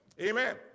Amen